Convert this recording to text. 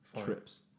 trips